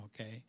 okay